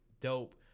dope